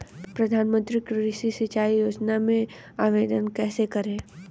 प्रधानमंत्री कृषि सिंचाई योजना में आवेदन कैसे करें?